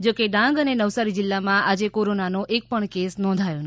જો કે ડાંગ અને નવસારી જિલ્લામાં આજે કોરોનાનો એક પણ કેસ નોંધાયો નથી